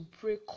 break